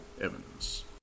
Evans. ¶¶¶¶